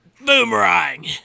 Boomerang